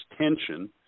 tension